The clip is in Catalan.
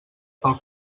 pel